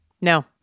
No